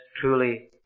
truly